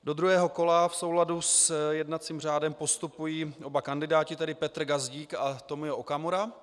Do druhého kola v souladu s jednacím řádem postupují oba kandidáti, tedy Petr Gazdík a Tomio Okamura.